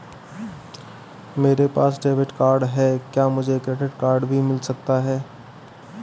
मेरे पास debit card है क्या मुझे क्रेडिट कार्ड भी मिल सकता है?